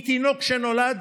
מתינוק שנולד,